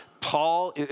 Paul